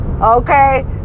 okay